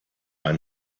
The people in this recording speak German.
ein